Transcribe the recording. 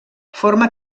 forma